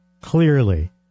clearly